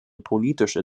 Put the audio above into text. politische